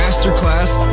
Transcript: Masterclass